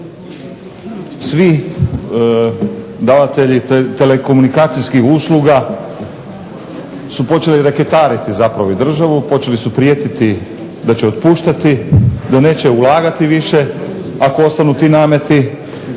svi davatelji komunikacijskih usluga su počeli reketariti državu, počeli su prijetiti da će otpuštati, da neće ulagati više ako ostanu ti nameti